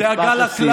משפט לסיום.